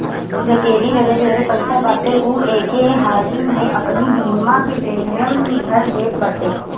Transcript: जकेरी लगे ढेर पईसा बाटे उ एके हाली में अपनी बीमा के प्रीमियम भर देत बाटे